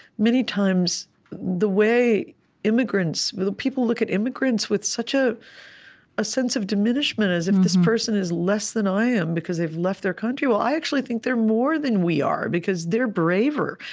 many times the way immigrants people look at immigrants with such ah a sense of diminishment as if this person is less than i am, because they've left their country. well, i actually think they're more than we are, because they're braver.